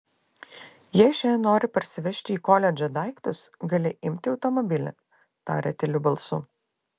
jei šiandien nori parsivežti į koledžą daiktus gali imti automobilį tarė tyliu balsu